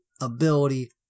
ability